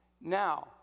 Now